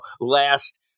Last